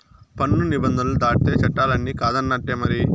పన్ను నిబంధనలు దాటితే చట్టాలన్ని కాదన్నట్టే మరి